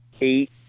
eight